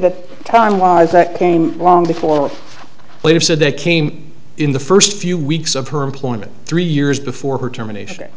that time was that came long before a letter said they came in the first few weeks of her employment three years before her terminations